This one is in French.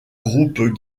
groupe